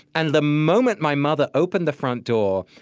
and the moment my mother opened the front door,